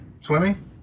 Swimming